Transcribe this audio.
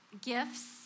gifts